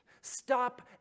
Stop